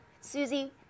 Susie